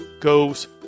goes